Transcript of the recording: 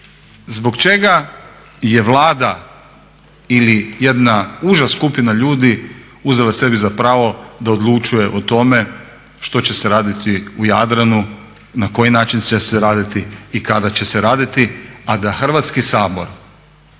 Zbog čega je Vlada ili jedna uža skupina ljudi uzela sebi za pravo da odlučuje o tome što će se raditi u Jadranu, na koji način će se raditi i kada će se raditi a da Hrvatski sabor